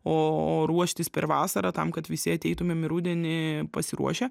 o o ruoštis per vasarą tam kad visi ateitumėm į rudenį pasiruošę